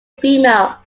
female